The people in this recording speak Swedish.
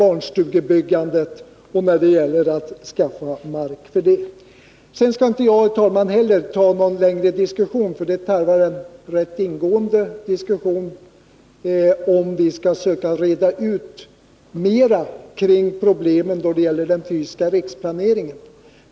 Inte heller jag skall föra någon längre diskussion. Det tarvas en rätt ingående debatt om vi ytterligare skall reda ut problemen då det gäller den fysiska riksplaneringen.